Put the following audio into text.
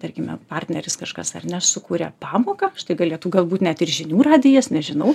tarkime partneris kažkas ar ne sukuria pamoką štai galėtų galbūt net ir žinių radijas nežinau